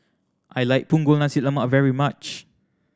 I like Punggol Nasi Lemak very much